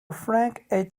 frank